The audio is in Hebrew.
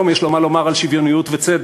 היום יש לו מה לומר על שוויוניות וצדק.